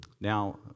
Now